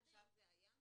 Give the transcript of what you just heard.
עד היום זה היה?